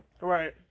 Right